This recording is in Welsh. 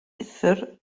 uthr